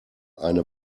eine